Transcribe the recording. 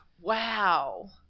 wow